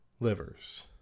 livers